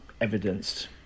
evidenced